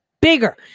bigger